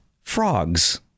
frogs